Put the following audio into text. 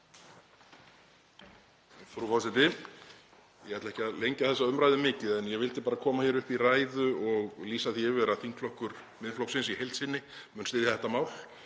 Frú forseti. Ég ætla ekki að lengja þessa umræðu mikið en ég vildi bara koma hér upp í ræðu og lýsa því yfir að þingflokkur Miðflokksins í heild sinni mun styðja þetta mál,